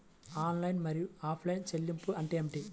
Online మరియు offline చెల్లింపులు అంటే ఏమిటి?